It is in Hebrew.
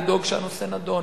לדאוג שהנושא נדון,